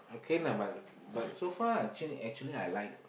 okay lah but but so far I change actually I like